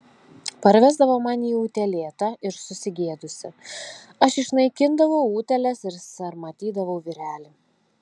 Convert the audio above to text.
parvesdavo man jį utėlėtą ir susigėdusį aš išnaikindavau utėles ir sarmatydavau vyrelį